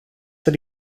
that